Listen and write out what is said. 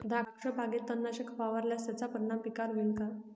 द्राक्षबागेत तणनाशक फवारल्यास त्याचा परिणाम पिकावर होईल का?